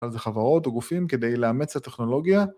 אז זה חברות וגופים כדי לאמץ את הטכנולוגיה.